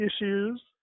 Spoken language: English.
issues